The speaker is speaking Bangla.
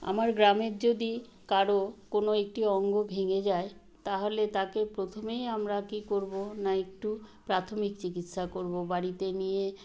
আমার গ্রামের যদি কারও কোনো একটি অঙ্গ ভেঙে যায় তাহলে তাকে প্রথমেই আমরা কী করব না একটু প্রাথমিক চিকিৎসা করব বাড়িতে নিয়ে